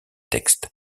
textes